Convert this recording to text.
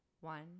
One